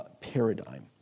paradigm